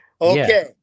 Okay